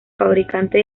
fabricante